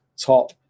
top